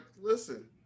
listen